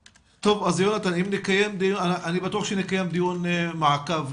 יונתן, אני בטוח שנקיים דיון מעקב.